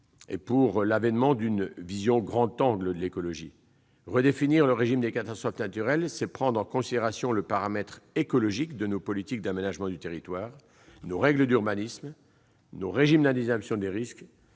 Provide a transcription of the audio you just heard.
et pour l'avènement d'une vision « grand angle » de l'écologie. Redéfinir le régime d'indemnisation des catastrophes naturelles, c'est prendre en considération le paramètre écologique dans nos politiques d'aménagement du territoire, dans nos règles d'urbanisme, dans nos régimes d'indemnisation des risques,